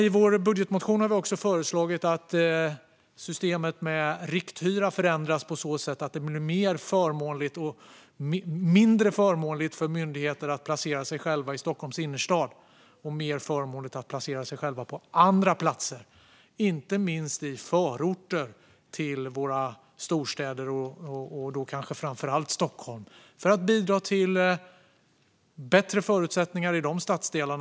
I vår budgetmotion har vi föreslagit att systemet med rikthyra ska förändras på så sätt att det blir mindre förmånligt för myndigheter att placera sig själva i Stockholms innerstad och mer förmånligt att placera sig på andra platser, inte minst i förorter till våra storstäder och då kanske framför allt Stockholm, för att bidra till bättre förutsättningar i dessa stadsdelar.